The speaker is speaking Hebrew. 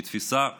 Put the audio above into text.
היא תפיסה מעוותת.